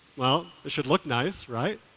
well it should look nice, right?